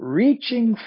reaching